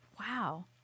Wow